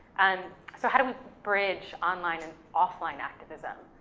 and so how do we bridge online and offline activism?